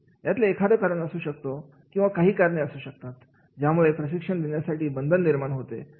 यातलं एखादं कारण असू शकतो किंवा काही कारणे असू शकतात ज्यामुळे प्रशिक्षण देण्यासाठी बंधन निर्माण होते